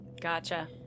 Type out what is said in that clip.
Gotcha